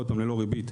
עוד פעם ללא ריבית,